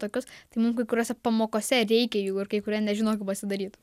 tokius tai mum kai kuriose pamokose reikia jų ir kai kurie nežino kaip pasidaryt